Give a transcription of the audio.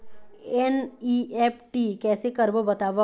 NEFT कैसे करबो बताव?